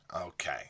Okay